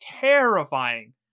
terrifying